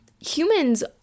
Humans